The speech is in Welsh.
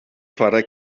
chwarae